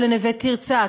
כלא "נווה תרצה",